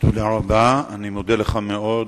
תודה רבה, אני מודה לך מאוד.